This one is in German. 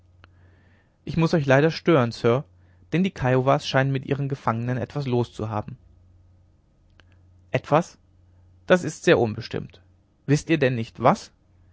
ich muß euch leider stören sir denn die kiowas scheinen mit ihren gefangenen etwas los zu haben etwas das ist sehr unbestimmt wißt ihr denn nicht was